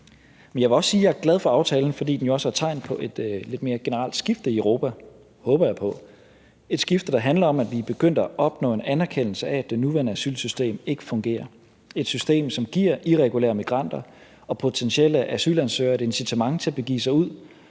jeg er glad for aftalen, fordi den jo også er tegn på et lidt mere generelt skifte i Europa, håber jeg på – et skifte, der handler om, at vi er begyndt at opnå en anerkendelse af, at det nuværende asylsystem ikke fungerer. Det er et system, som giver irregulære migranter og potentielle asylansøgere et incitament til at begive sig ud